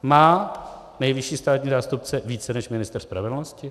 Má nejvyšší státní zástupce více než ministr spravedlnosti?